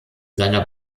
seiner